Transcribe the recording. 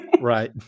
right